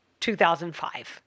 2005